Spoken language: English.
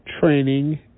training